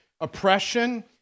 oppression